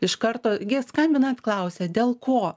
iš karto gi skambinat klausiat dėl ko